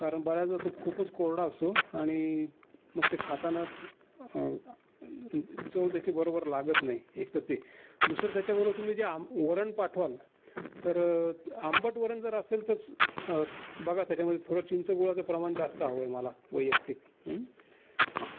कारण बऱ्याचदा तो खूपच कोरडा असतो आणि मग ते खाताना चव त्याची बरोबर लागत नाही एक तर ते दुसरं त्याच्याबरोबर तुम्ही जे आम वरण पाठवाल तर आंबट वरण जर असेल तर बघा त्याच्यामध्ये थोडं चिंच गुळाचं प्रमाण जास्त हवं आहे मला वैयक्तिक हा